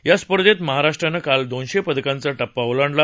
या स्पर्धेत महाराष्ट्रानं काल दोनशे पदकांचा टप्पा ओलाडला